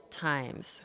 times